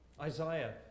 Isaiah